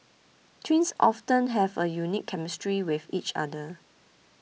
twins often have a unique chemistry with each other